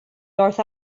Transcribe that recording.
north